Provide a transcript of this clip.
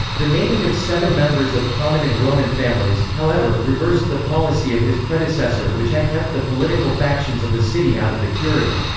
the naming of seven members of prominent roman families, however, reversed the policy of his predecessor which had kept the political factions of the city out of the curia.